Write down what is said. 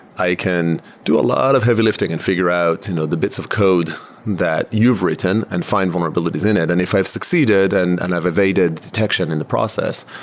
i can do a lot of heavy lifting and figure out you know the bits of code that you've written and find vulnerabilities in it. and if i've succeeded and and have evaded detection in the process,